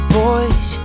boys